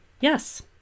Yes